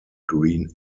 green